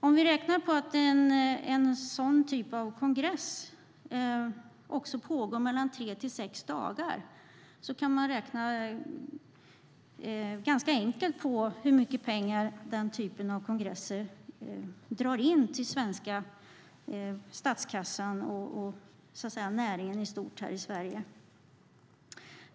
Om vi räknar med att en sådan typ av kongress pågår tre till sex dagar kan man ganska enkelt räkna ut hur mycket pengar denna typ av kongresser drar in till den svenska statskassan och till näringen i stort här i Sverige.